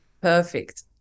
Perfect